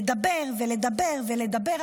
לדבר ולדבר ולדבר,